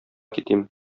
китим